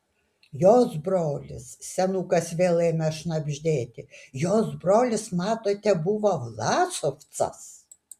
jos brolis senukas vėl ėmė šnabždėti jos brolis matote buvo vlasovcas